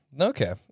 okay